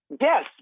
yes